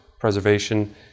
preservation